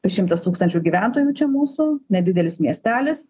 šimtas tūkstančių gyventojų čia mūsų nedidelis miestelis